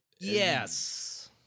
yes